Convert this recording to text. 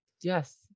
Yes